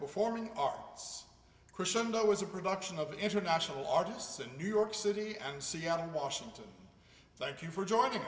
performing arts crescendo was a production of international artists in new york city seattle washington thank you for